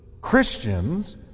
Christians